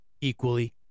equally